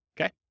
Okay